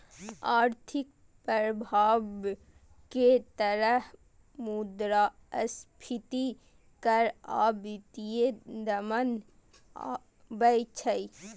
आर्थिक प्रभाव के तहत मुद्रास्फीति कर आ वित्तीय दमन आबै छै